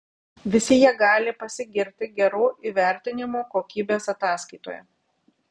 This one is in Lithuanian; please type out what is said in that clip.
visi jie gali pasigirti geru įvertinimu kokybės ataskaitoje